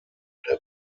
der